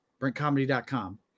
Brentcomedy.com